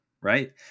Right